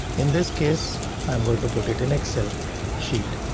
in this case i'm going to put it in excel sheet.